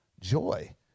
joy